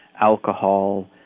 alcohol